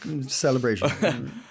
celebration